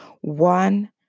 One